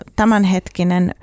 tämänhetkinen